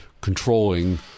controlling